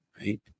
right